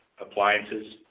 appliances